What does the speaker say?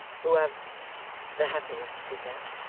who have the happiness to do that